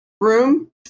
room